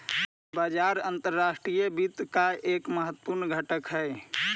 बाजार अंतर्राष्ट्रीय वित्त का एक महत्वपूर्ण घटक हई